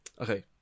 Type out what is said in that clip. okay